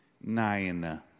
Nine